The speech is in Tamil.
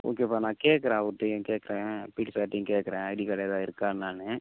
ஓகேப்பா நான் கேட்குறேன் அவர்கிட்டையும் கேட்குறேன் பீட்டி சார்கிட்டையும் கேட்குறேன் ஐடி கார்டு ஏதாவது இருக்கா என்னன்னு